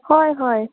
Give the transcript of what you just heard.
हय हय